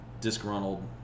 disgruntled